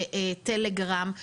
וטלגרם,